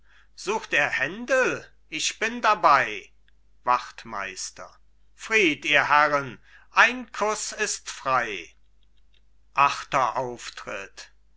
sucht er händel ich bin dabei wachtmeister fried ihr herren ein kuß ist frei achter auftritt